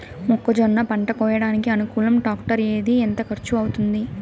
మొక్కజొన్న పంట కోయడానికి అనుకూలం టాక్టర్ ఏది? ఎంత ఖర్చు అవుతుంది?